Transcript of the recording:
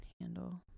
handle